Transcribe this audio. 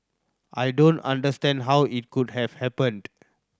I don't understand how it could have happened